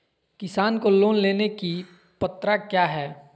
किसान को लोन लेने की पत्रा क्या है?